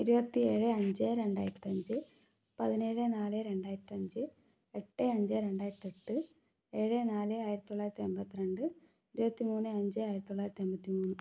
ഇരുപത്തി ഏഴ് അഞ്ച് രണ്ടായിരത്തഞ്ച് പതിനേഴ് നാല് രണ്ടായിരത്തഞ്ച് എട്ട് അഞ്ച് രണ്ടായിരത്തി എട്ട് ഏഴ് നാല് ആയിരത്തി തൊള്ളായിരത്തി അൻപത്തി രണ്ട് ഇരുപത്തി മൂന്ന് അഞ്ച് ആയിരത്തി തൊള്ളായിരത്തി എൺപത്തി മൂന്ന്